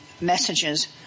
messages